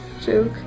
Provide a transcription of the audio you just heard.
joke